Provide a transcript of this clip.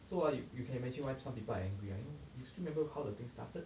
so ah you can imagine why some people are angry ah you still remember how the thing started